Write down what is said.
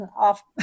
off